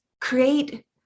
create